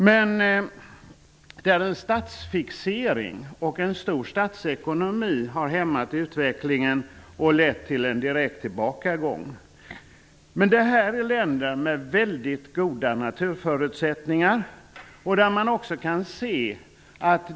Men där har statsfixering och en omfattande statsekonomi hämmat utvecklingen och lett till en direkt tillbakagång. Det här är länder med väldigt goda naturförutsättningar.